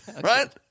Right